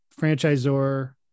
franchisor